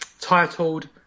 titled